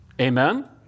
Amen